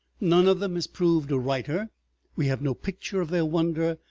none of them has proved a writer we have no picture of their wonder,